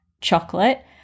chocolate